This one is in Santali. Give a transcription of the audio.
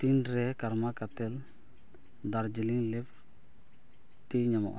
ᱛᱤᱱᱨᱮ Karma Kettle Darjeeling leaf tea ᱧᱟᱢᱚᱜᱼᱟ